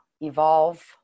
evolve